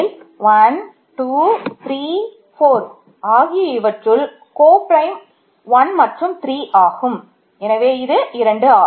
ஏனெனில் 1 2 3 4